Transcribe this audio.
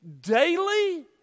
Daily